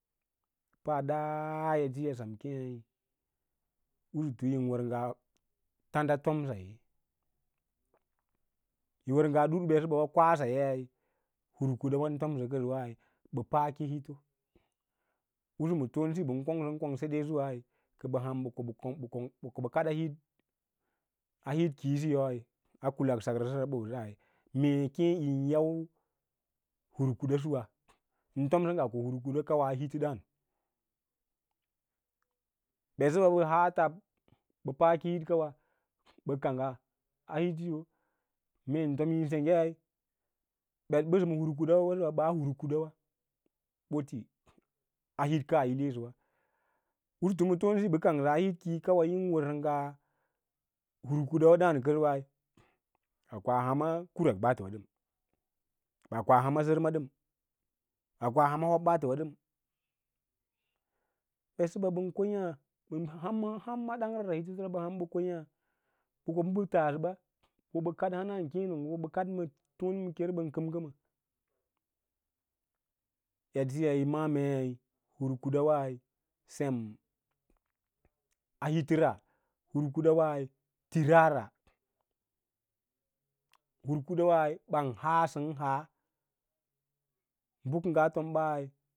Paa ɗa edsiya sam keẽ usutu yín wər ngai tanda tomsaya yi wər ngaa dur bə dsə ɓawa kwa sayei hur kudawa ən tomsə kənsas wai ɓə paako hito usu ma tone si ɓən kongsən konga seɗe suwai kə ham ɓə ko ɓə kaɗa hitsiyo a hit kiiyosiyo a kwaksakra səra ɓoɓasa mee kěě yin yau hur kuɗa suwa, ən tomsə ngaa ko hur kuda kawai a hito ɗǎǎn ɓetsəɓa ɓə haa tab ɓə paaki hitkawa bə kangga a hint siyo meen tom yi senggei ɓet ɓəsə ma hur kuda ba səɓa ɓaa hurkurɗa ɓoli a hit kaa yi lesəwa ɓosoto ma tonesi ɓə kangsa hit kiiyokawa yín wər nga a hur kuda ɗǎǎn kənsowai kang kos hama kurak ɓaatənə ɗəm a koa hama sərma ɗəm a koa hamas hob ɓaatəwa ɗəm ɓetsəba ɓən ko yaã ɓən ham hamala dangrəra hitosəra ɓən ham ɓən ko yaã, ɓə ko ɓə ɓə taasə ba wo bə kad haman kěěno, tone ma kere ɓam kəm kəmmə, edsiya yi ma’â mei hurkudavsi sem a hitora hurku jawai tiras ra, hurkudawai ɓan haasənhaa bə kəngaa tombai.